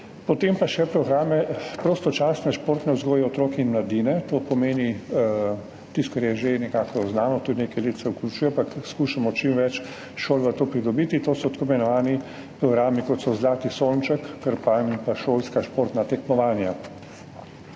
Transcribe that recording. Potem pa še programe prostočasne športne vzgoje otrok in mladine. To pomeni tisto, kar je že nekako znano, tudi nekaj let se vključuje, ampak skušamo čim več šol v to pridobiti, to so tako imenovani programi, kot so Zlati sonček, Krpan pa šolska športna tekmovanja.